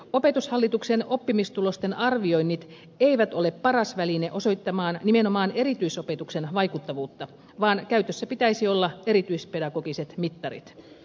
opetushallituksen oppimistulosten arvioinnit eivät ole paras väline osoittamaan nimenomaan erityisopetuksen vaikuttavuutta vaan käytössä pitäisi olla erityispedagogiset mittarit